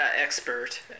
Expert